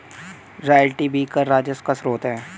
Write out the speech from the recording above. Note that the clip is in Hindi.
रॉयल्टी भी कर राजस्व का स्रोत है